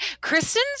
Kristen